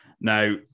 Now